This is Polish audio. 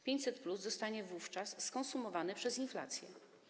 500+ zostanie wówczas skonsumowane przez inflację.